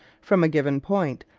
from a given point,